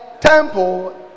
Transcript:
temple